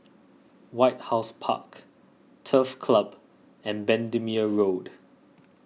White House Park Turf Club and Bendemeer Road